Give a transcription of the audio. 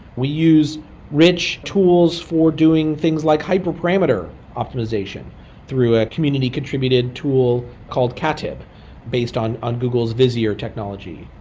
we use rich tools for doing things like hyper parameter optimization through a community contributed tool called katib based on on google's vizier technology.